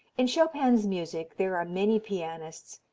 in chopin's music there are many pianists,